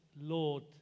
lord